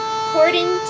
according